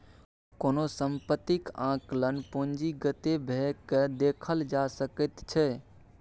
कोनो सम्पत्तीक आंकलन पूंजीगते भए कय देखल जा सकैत छै